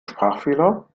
sprachfehler